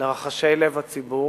לרחשי לב הציבור,